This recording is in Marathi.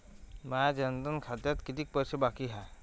माया जनधन खात्यात कितीक पैसे बाकी हाय?